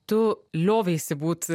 tu lioveisi būt